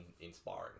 inspiring